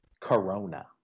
Corona